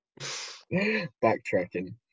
backtracking